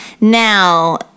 Now